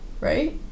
right